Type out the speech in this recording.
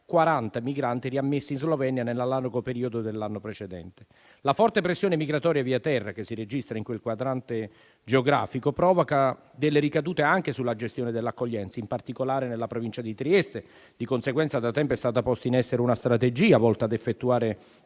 40 migranti riammessi in Slovenia nell'analogo periodo dell'anno precedente. La forte pressione migratoria via terra che si registra in quel quadrante geografico provoca ricadute anche sulla gestione dell'accoglienza, in particolare nella Provincia di Trieste. Di conseguenza, da tempo è stata posta in essere una strategia volta ad effettuare